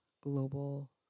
global